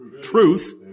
truth